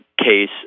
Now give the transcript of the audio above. case